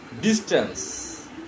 distance